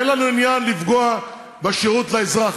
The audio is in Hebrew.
ואין לנו עניין לפגוע בשירות לאזרח.